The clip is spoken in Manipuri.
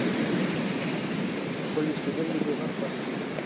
ꯑꯣ ꯑꯩꯈꯣꯏ ꯏꯁꯇꯦꯗꯤꯌꯝꯗꯨꯗ ꯅꯠꯇ꯭ꯔꯥ